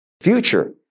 Future